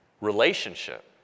Relationship